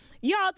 Y'all